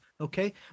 Okay